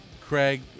Craig